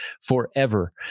forever